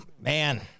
man